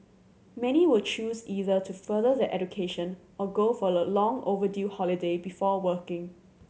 many will choose either to further their education or go for a long overdue holiday before working